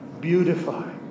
Beautify